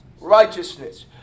righteousness